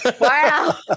Wow